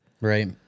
Right